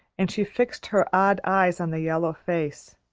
and she fixed her odd eyes on the yellow face.